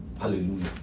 Hallelujah